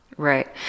Right